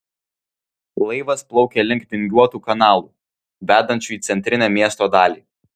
laivas plaukė link vingiuotų kanalų vedančių į centrinę miesto dalį